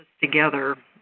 together